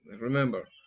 remember